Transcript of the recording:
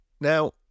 Now